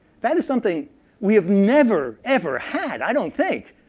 that is something we have never, ever had i don't think.